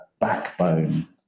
backbone